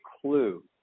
clue